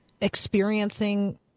experiencing